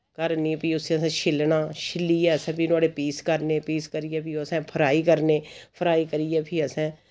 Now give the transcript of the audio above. घर आह्नियै फ्ही उस्सी असैं छिल्लना छिल्लियै असैं फ्ही नोह्ड़े पीस करने पीस करियै फ्ही ओ असैं फ्राई करने फ्राई करियै फ्ही असैं